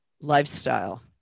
lifestyle